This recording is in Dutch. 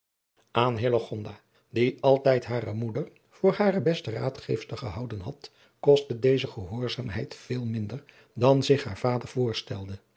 hillegonda die altijd hare moeder voor hare beste raadgeefster gehouden had kostte deze gehoorzaamheid veel minder dan zich haar vader voorstelde